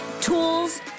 tools